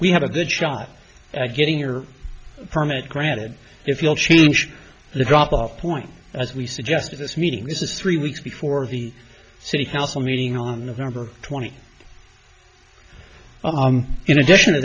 we have a good shot at getting your permit granted if you'll change the drop off point as we suggested this meeting this is three weeks before the city council meeting on november twenty in addition to